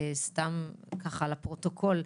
סתם ככה לפרוטוקול,